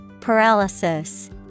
Paralysis